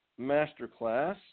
Masterclass